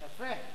יפה.